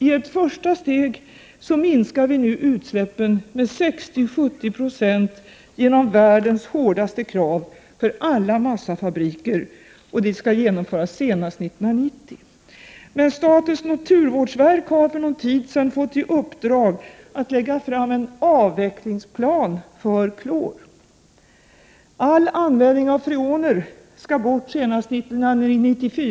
I ett första steg minskar vi nu utsläppen med 60-70 Io genom världens hårdaste krav för alla massafabriker. Det skall genomföras senast 1990. Statens naturvårdsverk fick för någon tid sedan i uppdrag att lägga fram en avvecklingsplan för klor. All användning av freoner skall bort senast 1994.